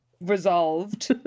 resolved